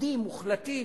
ניגודים מוחלטים,